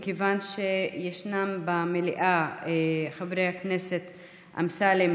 מכיוון שבמליאה חברי הכנסת אמסלם,